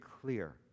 clear